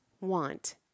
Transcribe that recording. want